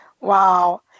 Wow